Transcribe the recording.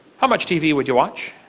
how much t v. would you watch?